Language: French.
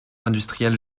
industrielle